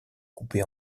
coupés